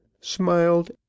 smiled